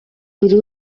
buri